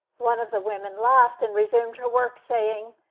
one of the women laughed, and resumed her work, saying,